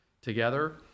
together